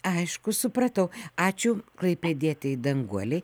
aišku supratau ačiū klaipėdietei danguolei